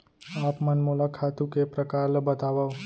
आप मन मोला खातू के प्रकार ल बतावव?